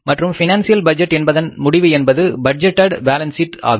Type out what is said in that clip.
மற்றும் financial budget என்பதன் முடிவு என்பது பட்ஜெட்டெட் பேலன்ஸ் ஷீட் ஆகும்